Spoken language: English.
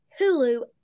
Hulu